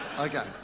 Okay